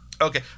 Okay